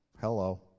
hello